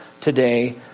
today